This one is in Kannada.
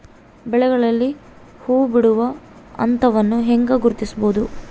ಬೆಳೆಗಳಲ್ಲಿ ಹೂಬಿಡುವ ಹಂತವನ್ನು ಹೆಂಗ ಗುರ್ತಿಸಬೊದು?